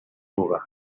bubaha